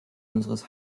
unseres